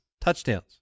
touchdowns